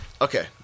Okay